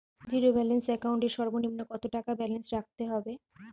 Zero balance account এর সর্বনিম্ন কত টাকা ব্যালেন্স রাখতে হবে?